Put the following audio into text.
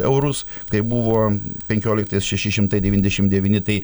eurus kai buvo penkioliktais šeši šimtai devyniasdešim devyni tai